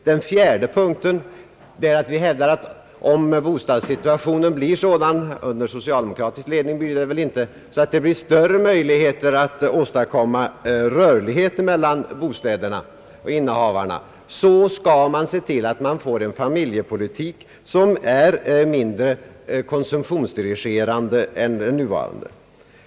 Den fjärde punkten är att vi hävdar att om bostadssituationen blir sådan — under socialdemokratisk ledning blir den väl inte det — att vi får större möjligheter att åstadkomma rörlighet mellan bostäderna och innehavarna, så skall man se till att man får en familjepolitik som är mindre konsumtionsdirigerande än den nuvarande.